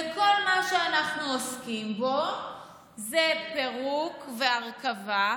וכל מה שאנחנו עוסקים בו זה פירוק והרכבה,